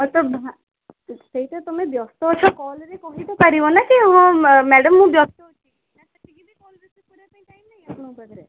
ଏ ତ ସେଇଟା ତୁମେ ବ୍ୟସ୍ତ ଅଛ କଲ୍ରେ କହିତ ପାରିବନା କି ହଁ ମ୍ୟାଡ଼ାମ୍ ମୁଁ ବ୍ୟସ୍ତ ଅଛି ନା ସେତିକି ବି ଫୋନ ରିସିଭ୍ କରିବା ପାଇଁ ଟାଇମ୍ ନାହିଁ ଆପଣଙ୍କ ପାଖରେ